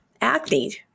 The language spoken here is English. Acne